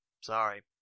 Sorry